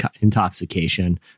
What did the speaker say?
intoxication